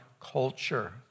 culture